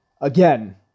again